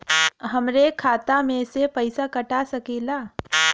हमरे खाता में से पैसा कटा सकी ला?